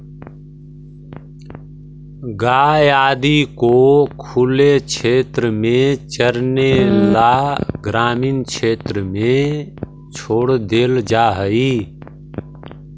गाय आदि को खुले क्षेत्र में चरने ला ग्रामीण क्षेत्र में छोड़ देल जा हई